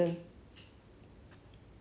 ya cause I like justin bieber a lot